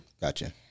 Gotcha